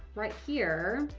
right here.